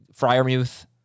Fryermuth